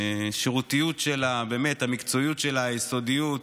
השירותיות שלה והמקצועיות שלה, היסודיות,